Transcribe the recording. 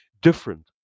different